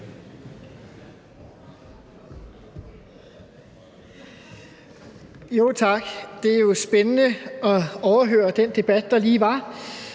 Tak. Det var jo spændende at overvære den debat, der lige var.